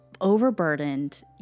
overburdened